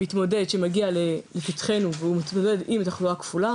מתמודד שמגיע לפתחנו ומתמודד עם תחלואה כפולה,